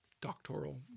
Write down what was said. doctoral